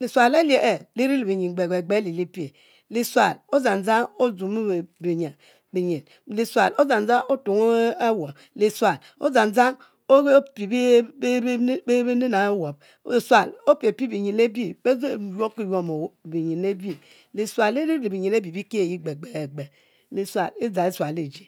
lisuual a'ye e’ liri le binyin gbe gbe gbe ali lipie, lisual odzang dzang osumu binyin, lisual o'dzang dzang otung awob lisusl odzang dzang ofie e e e bininu owob lisual opipie binyin le bi be e pe yuomu binyin le bi, lisual li ri le nyin abi bipie ye kpekpe kpe lisual e'dzang e'suali e'ji